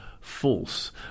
false